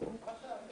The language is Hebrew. בשעה 09:00.)